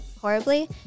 horribly